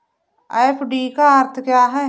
FD का अर्थ क्या है?